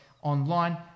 Online